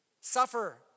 Suffer